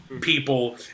people